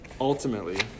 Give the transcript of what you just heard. Ultimately